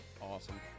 Awesome